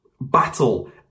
battle